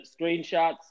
screenshots